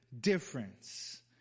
difference